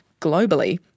Globally